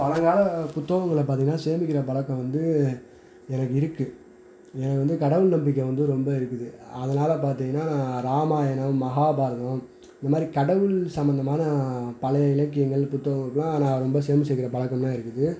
பழங்கால புத்தகங்களை பார்த்தீங்கனா சேமிக்கிறப் பழக்கம் வந்து எனக்கு இருக்குது எனக்கு வந்து கடவுள் நம்பிக்கை வந்து ரொம்ப இருக்குது அதனாலே பார்த்தீங்கனா ராமாயணம் மகாபாரதம் இந்த மாதிரி கடவுள் சம்மந்தமான பல இலக்கியங்கள் புத்தகங்களெலாம் நான் ரொம்ப சேமிச்சு வைக்கிறப் பழக்கம்லாம் இருக்குது